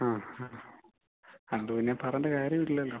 ആ ആ അതുപിന്നെ പറയേണ്ട കാര്യം ഇല്ലല്ലോ